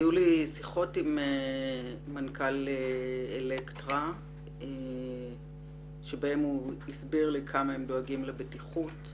היו לי שיחות עם מנכ"ל אלקטרה שבהן הוא הסביר לי כמה הם דואגים לבטיחות.